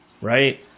right